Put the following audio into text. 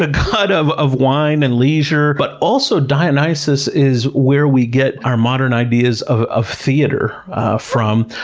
ah god of of wine and leisure, but also dionysus is where we get our modern ideas ah of theater from.